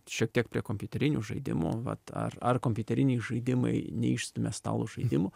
šiek tiek prie kompiuterinių žaidimų vat ar ar kompiuteriniai žaidimai neišstumia stalo žaidimų